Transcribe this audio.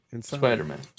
Spider-Man